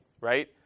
right